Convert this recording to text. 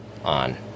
On